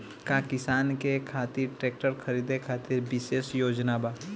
का किसानन के खातिर ट्रैक्टर खरीदे खातिर विशेष योजनाएं बा?